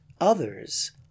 Others